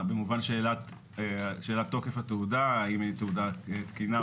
עוד לא שאלנו שאלות לגביו ואנחנו לא יודעים מה זה מועצה דתית מוסמכת